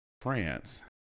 France